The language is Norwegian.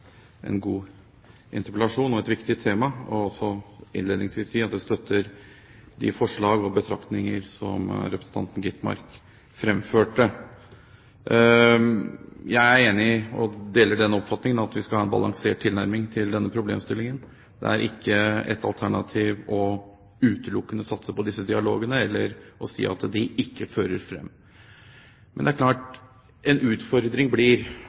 innledningsvis si at jeg støtter de forslag og betraktninger som representanten Gitmark fremførte. Jeg deler oppfatningen om at vi skal ha en balansert tilnærming til denne problemstillingen. Det er ikke et alternativ utelukkende å satse på dialog eller si at det ikke fører frem. Men det er klart at det blir en utfordring